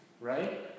right